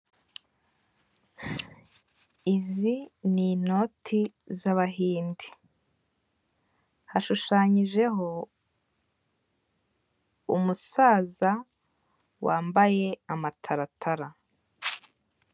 Izi ni inoti z'Abahinde. Hashushanyijeho umusaza wambaye amataratara.